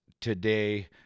today